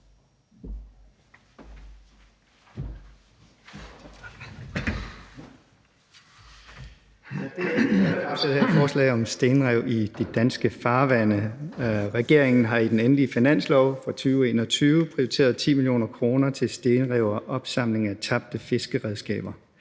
fremsat det her forslag om stenrev i de danske farvande. Regeringen har i den endelige finanslov for 2021 prioriteret 10 mio. kr. til stenrev og opsamling af tabte fiskeredskaber.